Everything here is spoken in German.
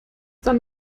dann